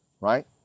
right